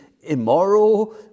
immoral